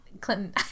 Clinton